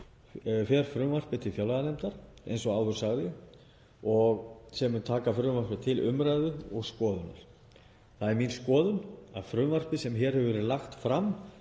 fer frumvarpið til fjárlaganefndar, eins og áður sagði, sem mun taka það til umræðu og skoðunar. Það er mín skoðun að frumvarpið sem hér hefur verið lagt fram